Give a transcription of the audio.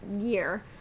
year